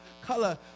color